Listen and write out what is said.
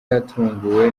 yatunguwe